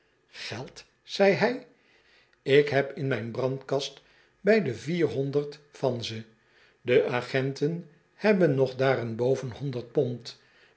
geld zei hij ik heb in mijn brandkast bij de vierhonderd van ze de agenten hebben nog daarenboven honderd pond